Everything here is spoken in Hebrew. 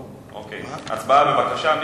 הצבעה, בבקשה.